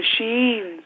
machines